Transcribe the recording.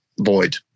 void